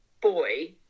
boy